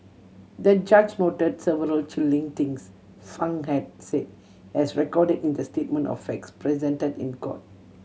the judge noted several chilling things Fang had said as recorded in the statement of facts presented in court